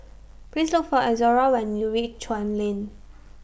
Please Look For Izora when YOU REACH Chuan Lane